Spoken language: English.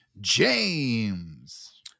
James